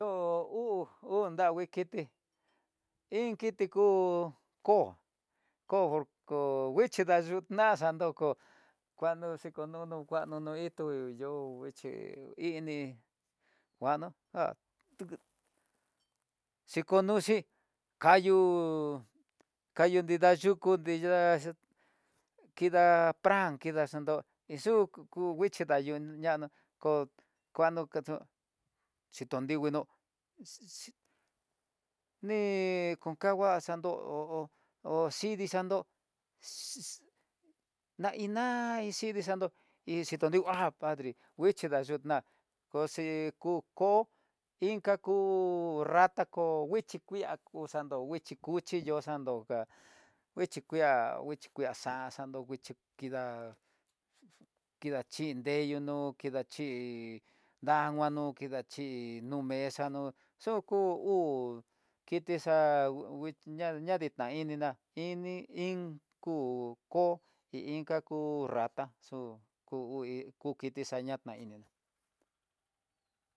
Ho bhú ndangui, iin kiti kó kó nguixhi dayunaxa doko, kuando xhikonunu kuando no hítu yo'ú ixhi, ini kuano já tuku xhikonuxi kayu kayu nrida yuku nrida kida pran kida xanto'ó, hi xuku nguixhi daño ñana koo kuano kachó, xhiton dinguinó xi- xi ni konkangua xandó'o ho xhidii xandó xhii na iná ixhidii xanto, iin xhitoningu ha padre, nguixhi nda iná koxi koko inkaku rata kó, nguixhiki a ko xandó nguixhi kuxhi ha yoó xanto kojá nguichi kiá nguichi kiá xanxa xoó nguixhi kida. xhi nreyuno, kida xhi damanó, kida xhí nu mesa no'ó xuku uu kitixá ngue ña dita ini ín, ku kó i iinka ku rata xu uu hí kukiti xañata ininá.